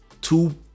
two